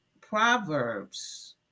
Proverbs